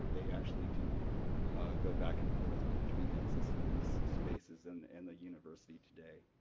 they actually do go back and forth between the existing leased spaces and and the university today.